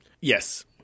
Yes